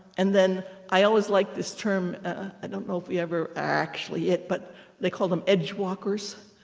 and then i always like this term i don't know if we ever actually it, but they call them edge walkers,